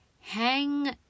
Hang